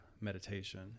meditation